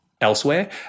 elsewhere